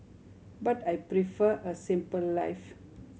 but I prefer a simple life